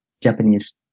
Japanese